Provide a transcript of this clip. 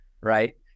right